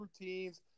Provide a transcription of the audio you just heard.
routines